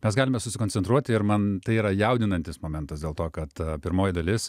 mes galime susikoncentruoti ir man tai yra jaudinantis momentas dėl to kad pirmoji dalis